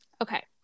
okay